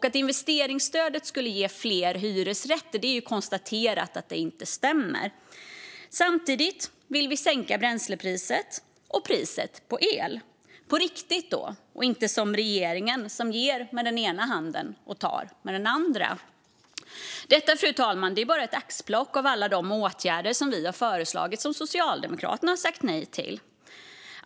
Att investeringsstödet skulle ge fler hyresrätter stämmer inte; det är konstaterat. Samtidigt vill vi sänka bränslepriset och priset på el - på riktigt och inte som regeringen, som ger med den ena handen och tar med den andra. Detta, fru talman, är bara ett axplock av alla de åtgärder som vi har föreslagit och som Socialdemokraterna sagt nej till.